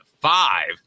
five